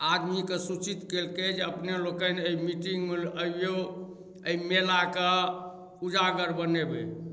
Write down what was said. आदमीकेँ सूचित केलकै जे अपने लोकनि एहि मीटिंगमे अबियौ एहि मेलाके उजागर बनेबै